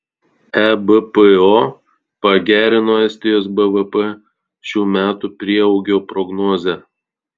ebpo pagerino estijos bvp šių metų prieaugio prognozę